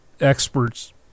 experts